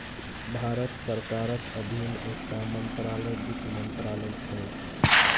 भारत सरकारक अधीन एकटा मंत्रालय बित्त मंत्रालय छै